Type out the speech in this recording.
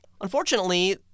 Unfortunately